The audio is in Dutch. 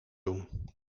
doen